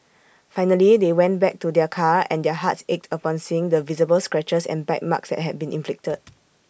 finally they went back to their car and their hearts ached upon seeing the visible scratches and bite marks that had been inflicted